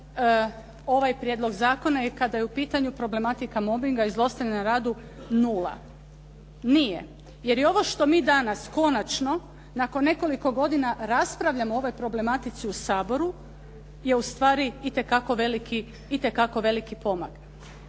ovaj prijedlog zakona i kada je u pitanju problematika mobinga i zlostavljanja na radu, nula. Nije, jer je ovo što mi danas konačno, nakon nekoliko godina, raspravljamo o ovoj problematici u Saboru je ustvari itekako veliki pomak.